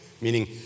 meaning